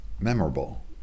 memorable